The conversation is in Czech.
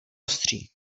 ostří